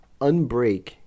unbreak